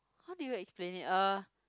how do you explain it uh